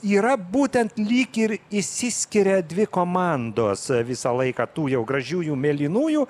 yra būtent lyg ir išsiskiria dvi komandos visą laiką tu jau gražiųjų mėlynųjų